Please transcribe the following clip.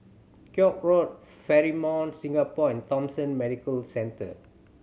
Koek Road Fairmont Singapore and Thomson Medical Centre